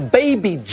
baby